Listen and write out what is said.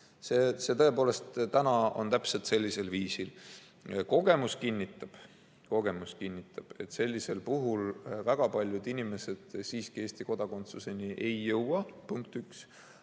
See tõepoolest praegu sellisel viisil käib. Kogemus aga kinnitab, et sellisel puhul väga paljud inimesed siiski Eesti kodakondsuseni ei jõua. Punkt üks.